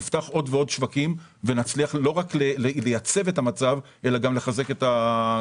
נפתח עוד ועוד שווקים ונצליח לא רק לייצב את המצב אלא גם לחזק את הקיים.